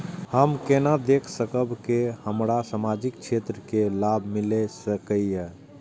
हम केना देख सकब के हमरा सामाजिक क्षेत्र के लाभ मिल सकैये?